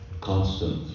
constant